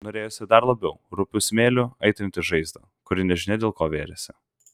norėjosi dar labiau rupiu smėliu aitrinti žaizdą kuri nežinia dėl ko vėrėsi